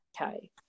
okay